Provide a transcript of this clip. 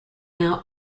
now